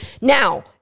Now